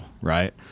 right